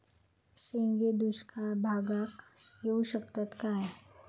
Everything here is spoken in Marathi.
शेंगे दुष्काळ भागाक येऊ शकतत काय?